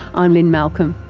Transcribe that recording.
i'm lynne malcolm,